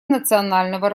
национального